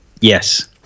Yes